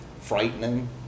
frightening